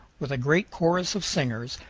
with a great chorus of singers,